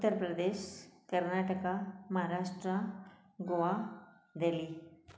Uttar Pradesh Karnataka Maharashtra Goa Delhi